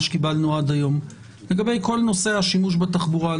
שקיבלנו עד היום לגבי כל נושא השימוש בתחבורה.